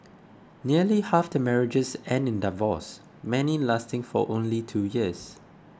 nearly half the marriages end in divorce many lasting for only two years